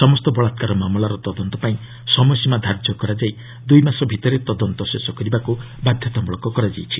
ସମସ୍ତ ବଳାକ୍କାର ମାମଲାର ତଦନ୍ତ ପାଇଁ ସମୟସୀମା ଧାର୍ଯ୍ୟ କରାଯାଇ ଦୁଇମାସ ଭିତରେ ତଦନ୍ତ ଶେଷ କରିବାକୁ ବାଧ୍ୟତାମୂଳକ କରାଯାଇଛି